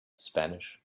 spanish